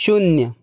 शुन्य